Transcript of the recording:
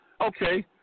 Okay